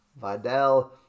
Vidal